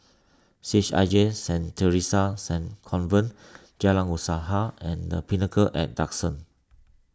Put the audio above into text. C H I J Saint theresa's Saint Convent Jalan Usaha and the Pinnacle at Duxton